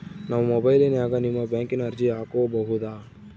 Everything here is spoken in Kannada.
ನಾವು ಮೊಬೈಲಿನ್ಯಾಗ ನಿಮ್ಮ ಬ್ಯಾಂಕಿನ ಅರ್ಜಿ ಹಾಕೊಬಹುದಾ?